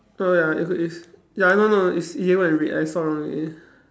oh ya i~ is ya no no it's yellow and red I saw wrongly